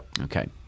Okay